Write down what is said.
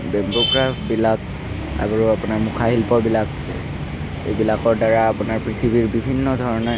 bamboo ক্ৰাফ্টবিলাক আৰু আপোনাৰ মুখাশিল্পবিলাক এইবিলাকৰদ্বাৰা আপোনাৰ পৃথিৱীৰ বিভিন্ন ধৰণে